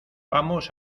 vamos